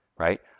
Right